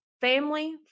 family